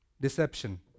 Deception